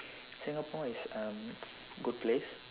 Singapore is a good place